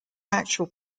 actual